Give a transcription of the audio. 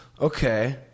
Okay